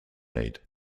aid